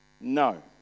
No